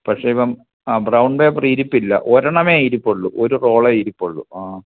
പക്ഷെയിപ്പം ആ brown paper ഇരിപ്പില്ല ഒരണമേ ഇരിപ്പുള്ളു ഒരു റോളേ ഇരിപ്പുള്ളു ആ